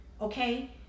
Okay